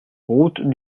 route